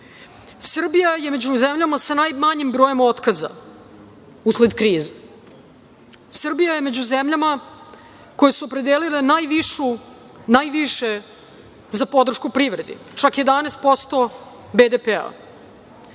Srbija je među zemljama sa najmanjim brojem otkaza usled krize. Srbija je među zemljama koje su opredelile najviše za podršku privredi, čak 11% BDP-a.